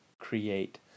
create